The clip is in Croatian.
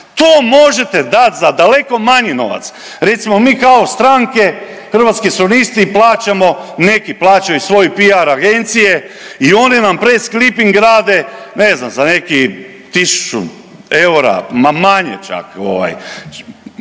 to možete dati za daleko manji novac. Recimo mi kao stranke Hrvatski suverenisti neki plaćaju svoje PR agencije i one nam press cliping rade ne znam za nekih 1000 eura, ma manje čak.